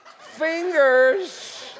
fingers